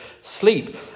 sleep